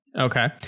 Okay